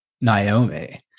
Naomi